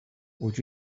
would